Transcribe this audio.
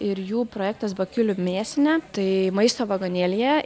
ir jų projektas bakiulių mėsinė tai maisto vagonėlyje